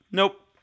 nope